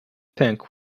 punk